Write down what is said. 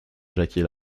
jacquier